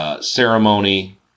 ceremony